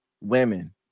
women